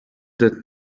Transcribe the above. that